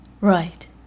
Right